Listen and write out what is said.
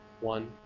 One